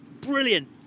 brilliant